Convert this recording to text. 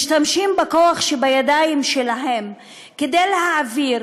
משתמשת בכוח שבידיים שלה כדי להעביר